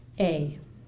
a